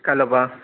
কাইলৈ পৰা